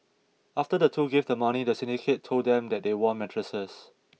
after the two gave the money the syndicate told them that they won mattresses